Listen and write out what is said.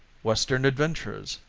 western adventures,